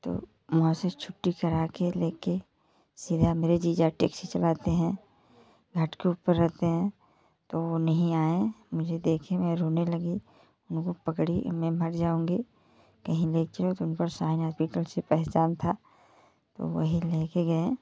तो वहाँ से छुट्टी करा के लेके सीधा मेरा जीजा टेक्सी चलाते हैं घाट के ऊपर रहते हैं तो वो नहीं आए मुझे देखे मैं रोने लगी उनको पकड़ी मैं मर जाऊँगी कहीं ले चलो तो उन पर साइन हॉस्पिटल से पहचान था तो वहीं लेके गए